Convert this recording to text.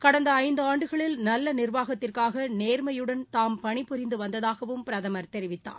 கடந்தஐந்துஆண்டுகளில் நல்லநிாவாகத்திற்காக நேர்மையுடன் தாம் பணி புரிந்து வந்ததாகவும் பிரதமர் தெரிவித்தார்